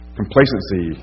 complacency